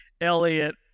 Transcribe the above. Elliot